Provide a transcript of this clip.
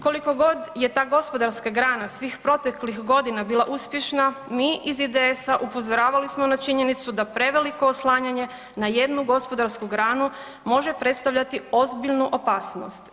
Koliko god je ta gospodarska grana svih proteklih godina bila uspješna, mi iz IDS-a upozoravali smo na činjenicu da preveliko oslanjanje na jednu gospodarsku granu može predstavljati ozbiljnu opasnost.